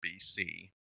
BC